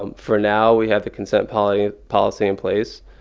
um for now, we have the consent policy policy in place.